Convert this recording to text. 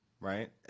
right